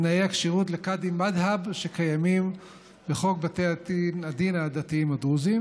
את תנאי הכשירות לקאדים מד'הב שקיימים בחוק בתי הדין הדתיים הדרוזיים,